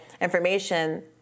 information